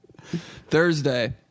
Thursday